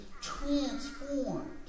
transformed